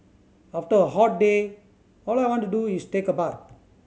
after a hot day all I want to do is take a bath